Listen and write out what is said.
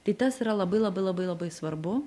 tai tas yra labai labai labai labai svarbu